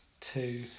Two